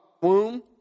womb